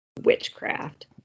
Witchcraft